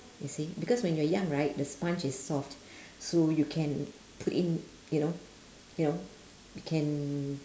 you see because when you're young right the sponge is soft so you can put in you know you know you can